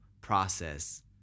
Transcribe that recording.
process